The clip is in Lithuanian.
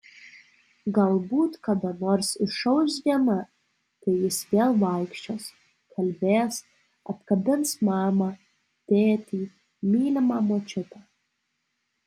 galbūt kada nors išauš diena kai jis vėl vaikščios kalbės apkabins mamą tėtį mylimą močiutę